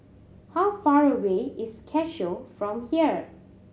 how far away is Cashew from here